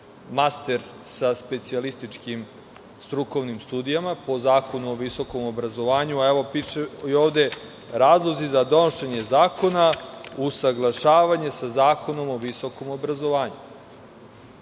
master sa specijalističkim strukovnim studijama, po Zakonu o visokom obrazovanju? Evo, piše i ovde, razlozi za donošenje zakona – usaglašavanje sa Zakonom o visokom obrazovanju. Jeste